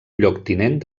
lloctinent